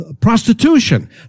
prostitution